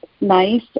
nice